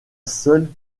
seule